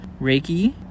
Reiki